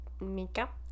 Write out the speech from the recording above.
Makeup